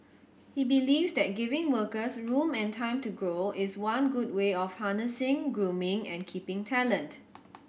he believes that giving workers room and time to grow is one good way of harnessing grooming and keeping talent